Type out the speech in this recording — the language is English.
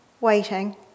waiting